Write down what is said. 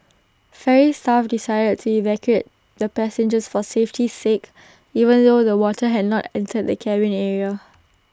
ferry staff decided to evacuate the passengers for safety's sake even though the water had not entered the cabin area